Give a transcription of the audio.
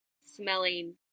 smelling